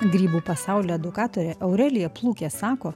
grybų pasaulio edukatorė aurelija plukė sako